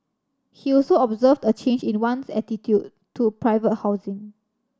he also observed a change in one's attitude to private housing